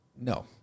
No